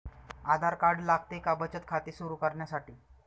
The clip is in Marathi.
आधार कार्ड लागते का बचत खाते सुरू करण्यासाठी?